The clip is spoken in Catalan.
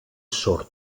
sord